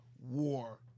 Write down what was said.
war